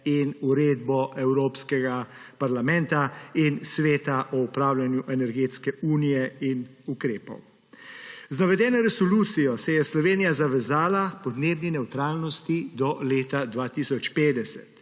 in Uredbo Evropskega parlamenta in Sveta o upravljanju energetske unije in podnebnih ukrepov. Z navedeno resolucijo se je Slovenija zavezala podnebni nevtralnosti do leta 2050.